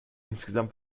insgesamt